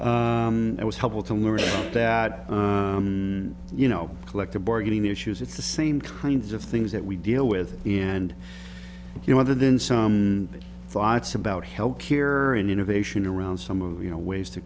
learn that you know collective bargaining issues it's the same kinds of things that we deal with and you know other than some fights about health care and innovation around some of you know ways to